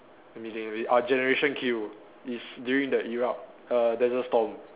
let me think ah orh generation Q it's during the Iraq desert storm